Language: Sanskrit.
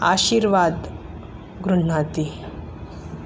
आशीर्वादं गृह्णाति